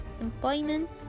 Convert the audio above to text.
employment